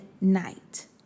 night